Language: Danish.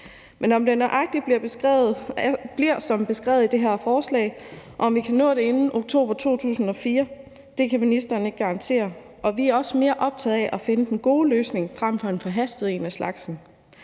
Men om det nøjagtig bliver som beskrevet i det her forslag, og om vi kan nå det inden oktober 2024, kan ministeren ikke garantere. Vi er også mere optaget af at finde den gode løsning frem for en forhastet en af slagsen.